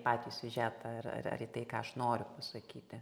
patį siužetą ar ar ar į tai ką aš noriu pasakyti